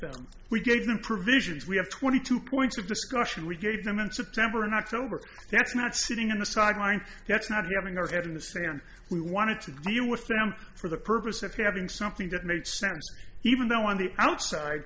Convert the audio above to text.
e gave them provisions we have twenty two points of discussion we gave them in september and october that's not sitting on the sidelines that's not having our head in the sand we wanted to deal with them for the purpose of having something that makes sense even though on the outside